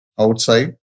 Outside